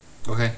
okay